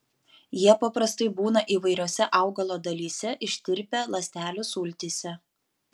jie paprastai būna įvairiose augalo dalyse ištirpę ląstelių sultyse